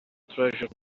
treasure